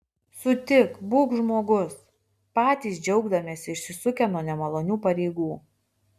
sutik būk žmogus patys džiaugdamiesi išsisukę nuo nemalonių pareigų